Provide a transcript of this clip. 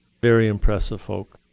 very impressive folk.